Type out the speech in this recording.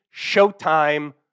showtime